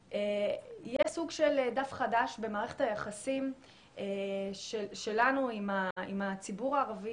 יהיה סוג של דף חדש במערכת היחסים שלנו עם הציבור הערבי